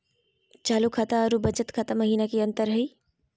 चालू खाता अरू बचत खाता महिना की अंतर हई?